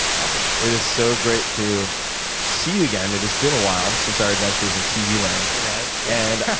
awesome. it is so great to see you again. it has been awhile, since our adventures in tv land. it has. yeah.